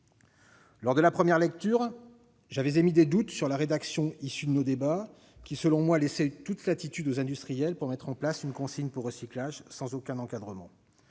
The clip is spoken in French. Lors de la lecture au Sénat, j'avais émis des doutes sur la rédaction issue de nos débats, qui selon moi laissait toute latitude aux industriels pour mettre en place une consigne pour recyclage sans aucun encadrement.